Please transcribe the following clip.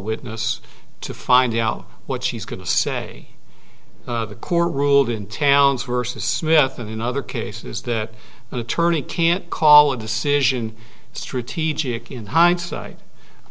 witness to find out what she's going to say the court ruled in towns worse smith and in other cases that an attorney can't call a decision strategic in hindsight